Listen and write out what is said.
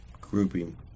grouping